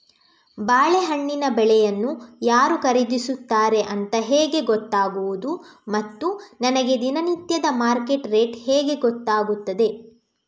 ಬಾಳೆಹಣ್ಣಿನ ಬೆಳೆಯನ್ನು ಯಾರು ಖರೀದಿಸುತ್ತಾರೆ ಅಂತ ಹೇಗೆ ಗೊತ್ತಾಗುವುದು ಮತ್ತು ನನಗೆ ದಿನನಿತ್ಯದ ಮಾರ್ಕೆಟ್ ರೇಟ್ ಹೇಗೆ ಗೊತ್ತಾಗುತ್ತದೆ?